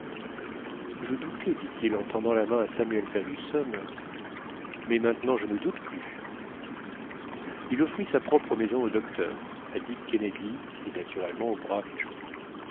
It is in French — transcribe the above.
je doutais dit-il en tendant la main à samuel fergusson mais maintenant je ne doute plus il offrit sa propre maison au docteur à dick kennedy et naturellement au brave joe